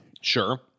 Sure